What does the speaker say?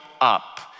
up